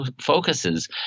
focuses